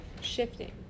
shifting